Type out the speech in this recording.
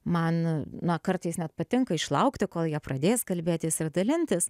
man na kartais net patinka išlaukti kol jie pradės kalbėtis ir dalintis